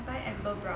I buy amber brown